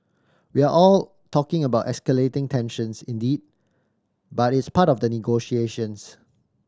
we're all talking about escalating tensions indeed but it's part of the negotiations